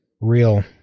real